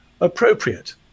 appropriate